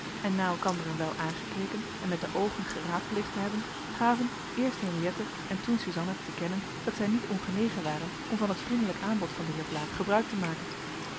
en na elkander een wijl aangekeken en met de oogen geraadpleegd te hebben gaven eerst henriëtte en toen suzanna te kennen dat zij niet ongenegen waren om van het vriendelijk aanbod van den heer blaek gebruik te maken